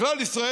בכלל, ישראל,